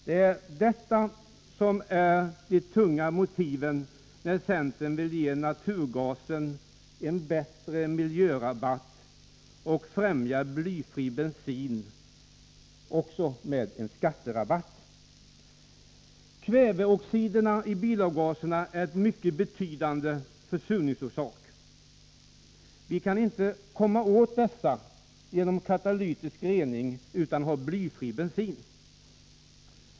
Det är detta som är de tunga motiven när centern vill ge naturgasen en bättre miljörabatt och främja blyfri bensin med en skatterabatt. Kväveoxiden i bilavgaserna är en mycket betydande försurningsorsak. Vi kan inte komma åt den med katalytisk rening utan måste ha blyfri bensin.